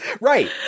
Right